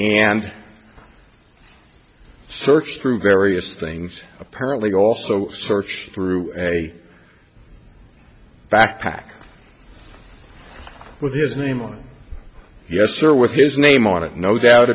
and searched through various things apparently also searched through a backpack with his name on yes or with his name on it no doubt